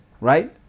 right